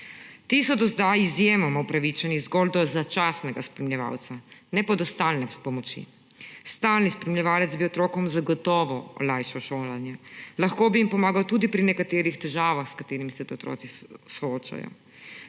Ti so do sedaj izjemoma upravičeni zgolj do začasnega spremljevalca, ne pa do stalne pomoči. Stalni spremljevalec bi otrokom zagotovo olajšal šolanje. Lahko bi jim pomagal tudi pri nekaterih težavah, s katerimi se ti otroci soočajo.